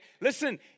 Listen